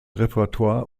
repertoire